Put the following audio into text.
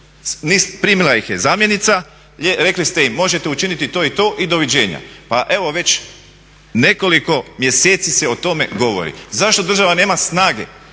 Primila ih je zamjenica, rekli ste im možete učiniti to i to i doviđenja. Pa evo već nekoliko mjeseci se o tome govori. Zašto država nema snage